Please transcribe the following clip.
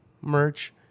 merch